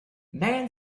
men